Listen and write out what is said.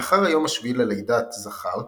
לאחר היום השביעי ללידת זכר,